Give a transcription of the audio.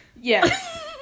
Yes